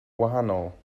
wahanol